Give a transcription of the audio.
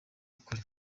ukuri